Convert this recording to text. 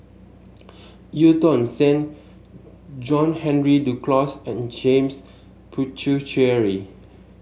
Eu Tong Sen John Henry Duclos and James Puthucheary